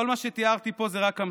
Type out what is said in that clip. כל מה שתיארתי פה זה רק קמצוץ.